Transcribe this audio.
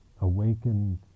awakened